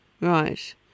Right